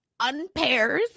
unpairs